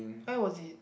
where was it